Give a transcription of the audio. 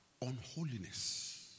unholiness